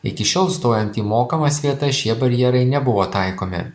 iki šiol stojant į mokamas vietas šie barjerai nebuvo taikomi